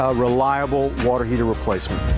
ah reliable water heater replacement.